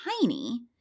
tiny